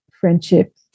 friendship